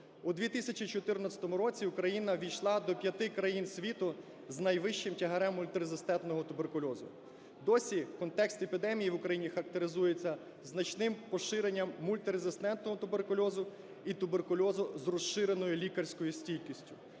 У 2014 році Україна увійшла до 5 країн світу з найвищим тягарем мільтирезистентного туберкульозу. Досі контекст епідемії в України характеризується значним поширенням мультирезистентного туберкульозу і туберкульозу з розширеною лікарською стійкістю.